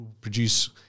produce